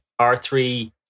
R3